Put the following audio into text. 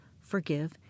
forgive